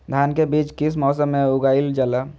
धान के बीज किस मौसम में उगाईल जाला?